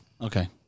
Okay